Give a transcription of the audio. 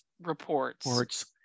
reports